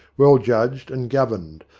well-judged and governed,